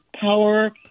Power